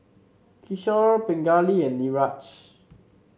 Kishore Pingali and Niraj